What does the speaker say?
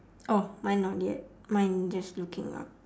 oh mine not yet mine just looking up